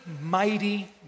mighty